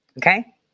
Okay